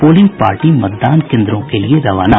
polling party मतदान केंद्रों के लिये रवाना